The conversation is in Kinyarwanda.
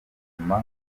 inyuma